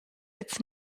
its